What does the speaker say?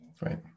Right